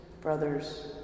brothers